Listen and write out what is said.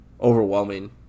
overwhelming